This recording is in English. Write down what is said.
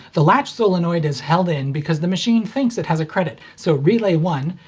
the latch solenoid is held in because the machine thinks it has a credit so relay one,